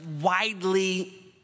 widely